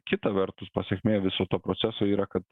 kita vertus pasekmė viso to proceso yra kad